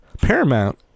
paramount